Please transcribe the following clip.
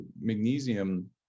magnesium